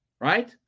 right